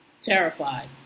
terrified